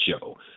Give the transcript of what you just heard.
show